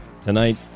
Tonight